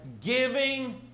giving